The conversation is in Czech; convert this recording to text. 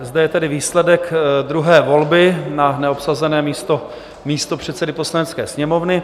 Zde je tedy výsledek druhé volby na neobsazené místo místopředsedy Poslanecké sněmovny.